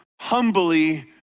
humbly